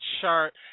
chart